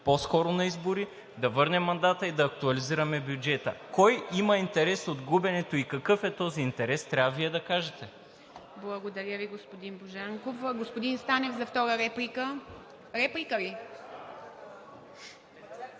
по-скоро на избори, да върнем мандата и да актуализираме бюджета. Кой има интерес от губенето и какъв е този интерес, трябва Вие да кажете? ПРЕДСЕДАТЕЛ ИВА МИТЕВА: Благодаря Ви, господин Божанков. Господин Станев, за втора реплика. Господин